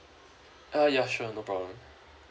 uh ya sure no problem